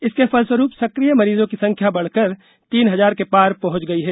इसके फलस्वरूप सक्रिय मरीजों की संख्या बढ़कर तीन हजार के पार पहुंच गई है